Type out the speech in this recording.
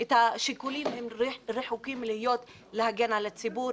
השיקולים רחוקים מלהיות להגן על הציבור,